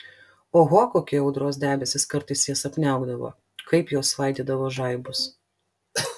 oho kokie audros debesys kartais jas apniaukdavo kaip jos svaidydavo žaibus